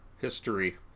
history